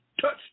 touch